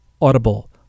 audible